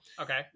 Okay